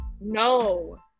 No